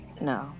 no